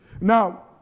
Now